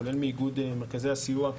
כולל מאיגוד מרכזי הסיוע,